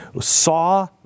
saw